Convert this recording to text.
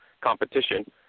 competition